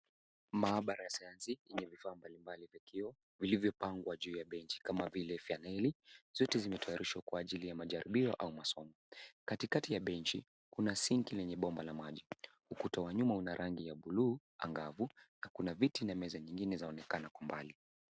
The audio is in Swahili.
Maabara ya sayansi yenye vifaa mbali mbali vya kioo vilivyopangwa juu ya benchi kama vile faneli zote zimetayarishwa kwa ajili ya maajaribio au masomo kati kati ya benchi kuna sinki lenye bomba la maji ukuta wa nyuma una rangi ya buluu angavu na kuna viti na meza nyingine zaonekana kwa mbali